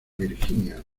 virginia